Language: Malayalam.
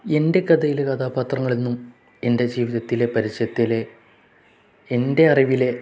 എൻ്റെ കഥയിലെ കഥാപാത്രങ്ങളെന്നും എൻ്റെ ജീവിതത്തിലെ പരിചയത്തിലെ എൻ്റെ അറിവിലെ